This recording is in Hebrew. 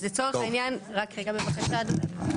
אז לצורך העניין, רק רגע בבקשה אדוני.